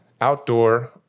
outdoor